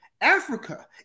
Africa